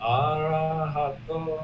arahato